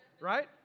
right